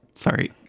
Sorry